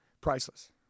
Priceless